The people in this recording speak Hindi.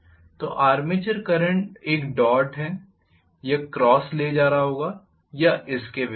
तो आर्मेचर करंट एक डॉट है यह क्रॉस ले जा रहा होगा या इसके विपरीत